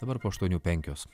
dabar po aštuonių penkios